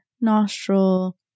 nostril